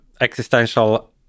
existential